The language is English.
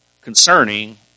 concerning